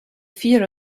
fear